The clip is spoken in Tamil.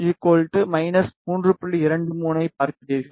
23 ஐப் பார்க்கிறீர்கள்